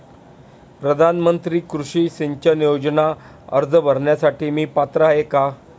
प्रधानमंत्री कृषी सिंचन योजना अर्ज भरण्यासाठी मी पात्र आहे का?